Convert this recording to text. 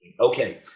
Okay